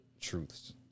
truths